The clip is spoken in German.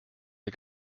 der